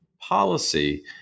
policy